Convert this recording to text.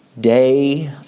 Day